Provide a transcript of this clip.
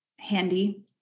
handy